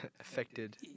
affected